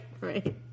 right